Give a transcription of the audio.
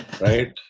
right